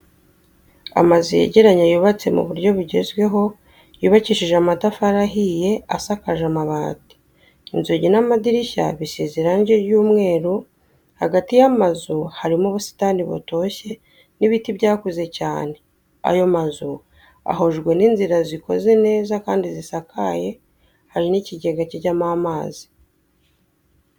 Amazu yegeranye yubatse mu buryo bugezweho yubakishije amtafari ahiye asakaje amabati inzugi n'amadirishya bisize irangi ry'umweru hagati y'amazu harimo ubusitani butoshye n'ibiti byakuze cyane, ayo mazu ahuwe n'inzira zikoze neza kandi zisakaye, hari n'ikigega kijyamo amazi.